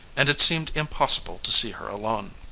and it seemed impossible to see her alone.